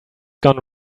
gone